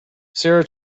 sarah